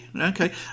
okay